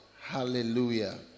Hallelujah